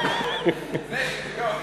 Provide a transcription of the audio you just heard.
יחידות מיוחדות.